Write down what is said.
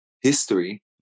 history